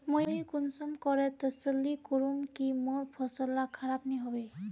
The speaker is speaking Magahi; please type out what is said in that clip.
मुई कुंसम करे तसल्ली करूम की मोर फसल ला खराब नी होबे?